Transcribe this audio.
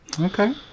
Okay